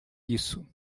isso